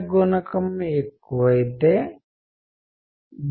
సంగీతం కమ్యూనికేట్ చేస్తుంది